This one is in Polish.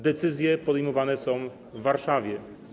Decyzje podejmowane są w Warszawie.